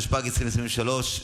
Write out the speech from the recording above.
התשפ"ג 2023,